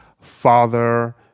father